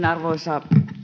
arvoisa